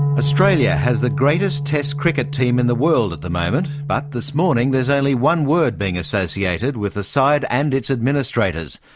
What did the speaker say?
australia has the greatest test cricket team in the world at the moment, but this morning, there's only one word being associated with the side and its administrators,